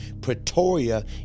pretoria